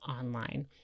online